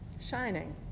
shining